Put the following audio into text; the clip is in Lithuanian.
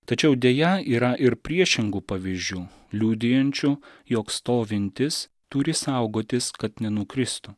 tačiau deja yra ir priešingų pavyzdžių liudijančių jog stovintis turi saugotis kad nenukristų